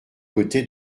côté